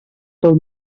del